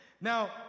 now